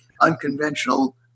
unconventional